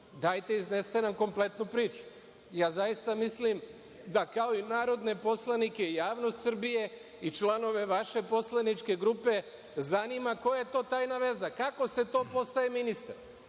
Dajte, iznesite nam kompletnu priču. Zaista mislim da kao i narodne poslanike i javnost Srbije i članove vaše poslaničke grupe zanima koja je to tajna veza? Kako se to postaje ministar? Zašto